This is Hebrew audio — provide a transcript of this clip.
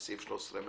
בסעיף 13ב,